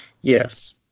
Yes